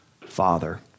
father